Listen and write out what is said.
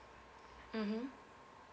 mmhmm